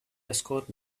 escorts